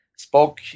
spoke